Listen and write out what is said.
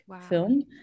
film